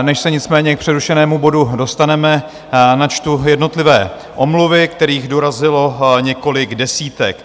Než se nicméně k přerušenému bodu dostaneme, načtu jednotlivé omluvy, kterých dorazilo několik desítek.